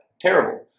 Terrible